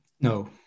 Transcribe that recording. No